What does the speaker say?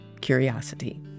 curiosity